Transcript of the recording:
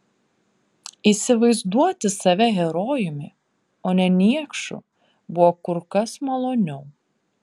įsivaizduoti save herojumi o ne niekšu buvo kur kas maloniau